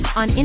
on